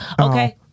Okay